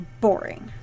boring